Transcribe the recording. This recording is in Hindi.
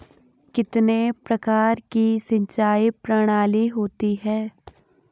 कितने प्रकार की सिंचाई प्रणालियों होती हैं?